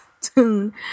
tune